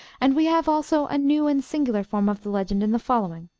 and we have also a new and singular form of the legend in the following.